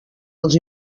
els